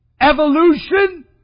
Evolution